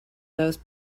those